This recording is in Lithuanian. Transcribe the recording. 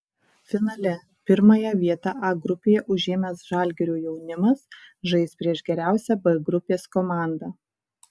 finale pirmąją vietą a grupėje užėmęs žalgirio jaunimas žais prieš geriausią b grupės komandą